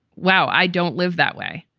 wow, i don't live that way.